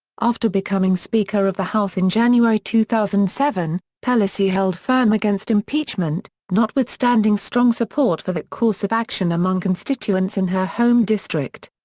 after becoming speaker of the house in january two thousand and seven, pelosi held firm against impeachment, notwithstanding strong support for that course of action among constituents in her home district.